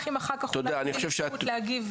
אם אחר כך אולי תהיה לי זכות להגיב.